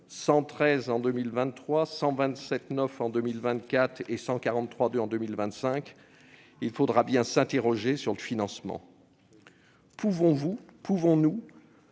113 en 2023, 127,9 en 2024 et 143,2 en 2025, il faudra bien s'interroger sur le financement. Pouvons-nous